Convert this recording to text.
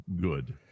good